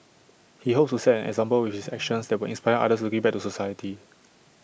he hopes to set an example with his actions that will inspire others to give back to the society